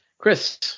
Chris